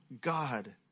God